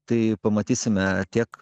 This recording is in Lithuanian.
tai pamatysime tiek